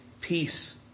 Peace